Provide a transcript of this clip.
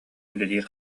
үлэлиир